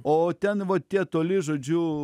o ten va tie toli žodžiu